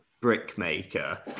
brickmaker